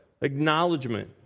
acknowledgement